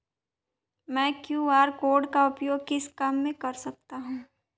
मैं QR code का उपयोग किस काम में कर सकता हूं?